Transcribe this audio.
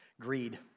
greed